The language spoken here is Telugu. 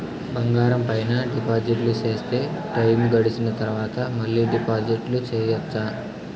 బంగారం పైన డిపాజిట్లు సేస్తే, టైము గడిసిన తరవాత, మళ్ళీ డిపాజిట్లు సెయొచ్చా?